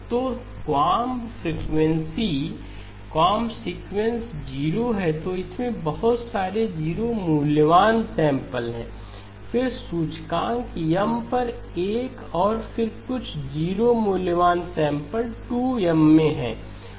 तो क्वाअंब frequency comb sequence 0 है तो इसमें बहुत सारे 0 मूल्यवान सैंपल हैं फिर सूचकांक M पर 1 और फिर कुछ 0 मूल्यवान सैंपल 2M में हैं